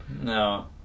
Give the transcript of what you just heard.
No